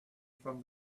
from